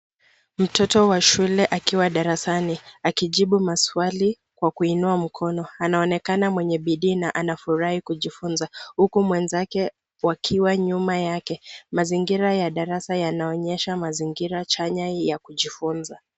Mtoto wa shule akiwa darasani akijibu maswali kwa kuinua mkono, anaonekana mwenye bidii na anafurahi kujifunza huku mwenzake wakiwa nyuma yake. Mazingira ya darasa yanaonyesha mazingira chanya ya kujifunza.